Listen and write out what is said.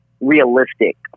realistic